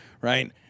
right